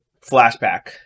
flashback